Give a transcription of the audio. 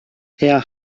herr